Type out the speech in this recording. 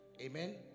Amen